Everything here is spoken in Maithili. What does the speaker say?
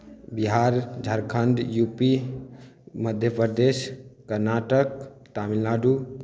सुमित अभिषेक कुणाल रिक्की रोहित